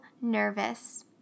nervous